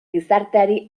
gizarteari